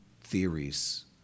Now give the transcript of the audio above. theories